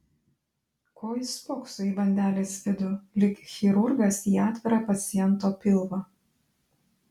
ko jis spokso į bandelės vidų lyg chirurgas į atvirą paciento pilvą